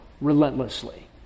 relentlessly